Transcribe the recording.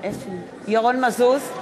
מזוז,